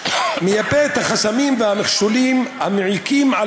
מיפה את החסמים והמכשולים המעיקים על